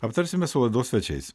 aptarsime su laidos svečiais